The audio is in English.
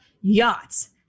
yachts